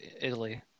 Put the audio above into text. Italy